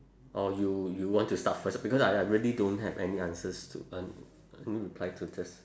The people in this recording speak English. or you you want to start first because I I really don't have any answers to reply to this